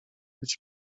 być